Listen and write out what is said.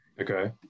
Okay